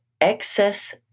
Excess